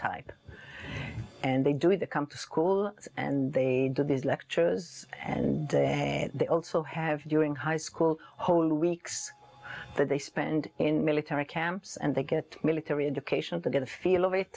type and they do it the come to school and they do these lectures and they also have during high school whole weeks that they spend in military camps and they get military education to get a feel of it